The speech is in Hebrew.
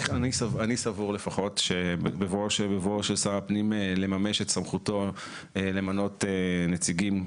אני סבור לפחות שבבואו של שר הפנים לממש את סמכותו למנות נציגים